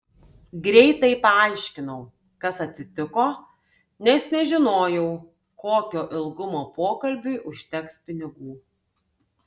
greitai paaiškinau kas atsitiko nes nežinojau kokio ilgumo pokalbiui užteks pinigų